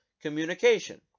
communication